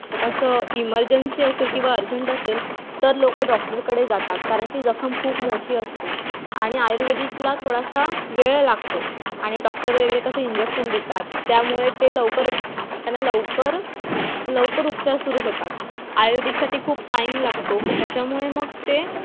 असं इमर्जन्सी असेल किंवा अर्जंट असेल तर लोक डॉक्टरकडे जातात कारण ती जखम खूप मोठी असते आणि आयुर्वेदिकला थोडासा वेळ लागतो आणि डॉक्टर वगैरे कसं इंजेक्शन देतात त्यामुळे ते लवकर त्यांना लवकर लवकर उपचार सुरू होतात आयुर्वेदिकसाठी खूप टाईम लागतो त्याच्यामुळे मग ते